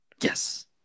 yes